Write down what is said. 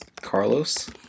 Carlos